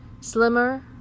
slimmer